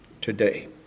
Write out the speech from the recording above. today